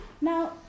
Now